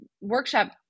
workshop